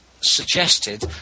suggested